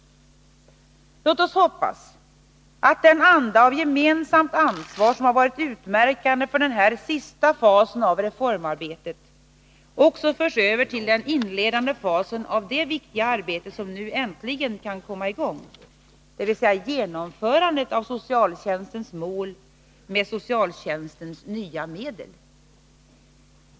Låt oss hoppas att den anda av gemensamt ansvar som har varit utmärkande för den här sista fasen av reformarbetet också förs över till den inledande fasen av det viktiga arbete som nu äntligen kan komma i gång, dvs. genomförandet av socialtjänstens mål med socialtjänstens nya medel.